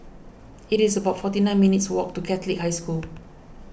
it is about forty nine minutes' walk to Catholic High School